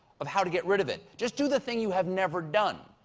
of how to get rid of it. just do the thing you have never done,